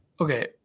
Okay